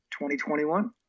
2021